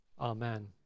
Amen